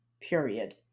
period